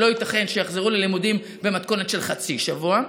שלא ייתכן שיחזרו ללימודים במתכונת של חצי שבוע,